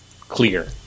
clear